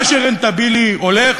מה שרנטבילי הולך,